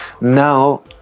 Now